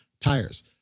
tires